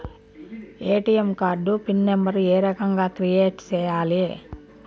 ATM card PIN number ఏ రకంగా create సేయాలి